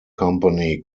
company